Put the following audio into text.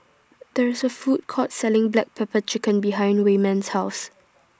There IS A Food Court Selling Black Pepper Chicken behind Wayman's House